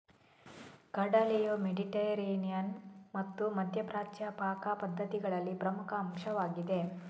ಕಡಲೆಯು ಮೆಡಿಟರೇನಿಯನ್ ಮತ್ತು ಮಧ್ಯ ಪ್ರಾಚ್ಯ ಪಾಕ ಪದ್ಧತಿಗಳಲ್ಲಿ ಪ್ರಮುಖ ಅಂಶವಾಗಿದೆ